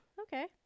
okay